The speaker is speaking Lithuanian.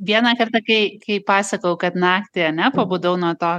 vieną kartą kai kai pasakojau kad naktį ane pabudau nuo to